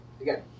Again